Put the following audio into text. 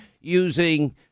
using